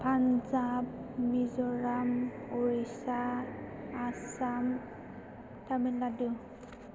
Punjab Mizoram Odisha Assam टामिलनादु